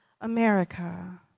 America